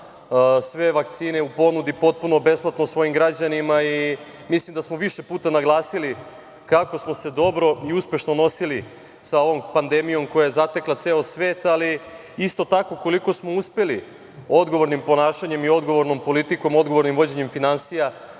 sve vakcine u ponudi potpuno besplatno svojim građanima i mislim da smo više puta naglasili kako smo se dobro i uspešno nosili sa ovom pandemijom koja je zatekla celi svet, ali isto tako i koliko smo uspeli odgovornim ponašanjem i odgovornom politikom, odgovornim vođenjem finansija,